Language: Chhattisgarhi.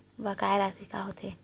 बकाया राशि का होथे?